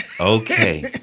Okay